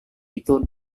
itu